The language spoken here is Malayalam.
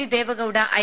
D Devegowda I